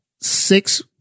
six